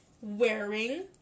wearing